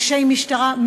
אנשי משטרה,